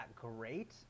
great